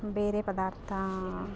ಬೇರೆ ಪದಾರ್ಥ